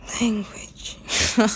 language